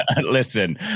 listen